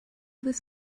this